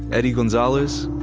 eddie gonzalez,